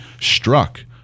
struck